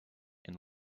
and